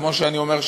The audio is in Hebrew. כמו שאני אומר,